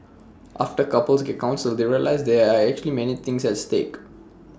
after couples get counselled they realise there are actually many things at stake